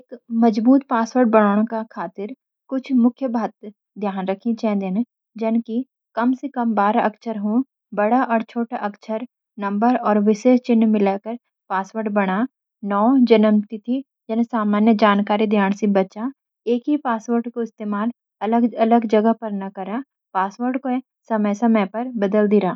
मज़बूत पासवर्ड बनाने के लिए कुछ बात ध्यान रखें चेन्दीन: कम से कम बारह अक्षर हों। बड़े और छोटे अक्षर, नंबर और विशेष चिन्ह मिलाकर पासवर्ड बना। नाम, जन्मतिथि जैसे सामान्य जानकारी से बचा। एक ही पासवर्ड का इस्तेमाल अलग-अलग जगहों पर न करा। पासवर्ड को समय-समय पर बदलते रह।